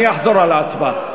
אני אחזור על ההצבעה.